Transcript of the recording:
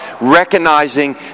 recognizing